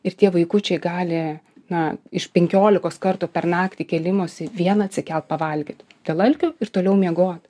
ir tie vaikučiai gali na iš penkiolikos kartų per naktį kėlimosi vieną atsikelt pavalgyt dėl alkio ir toliau miegot